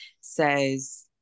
says